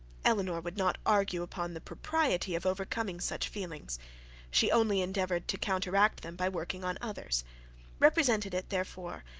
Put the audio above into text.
elinor would not argue upon the propriety of overcoming such feelings she only endeavoured to counteract them by working on others represented it, therefore,